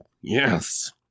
Yes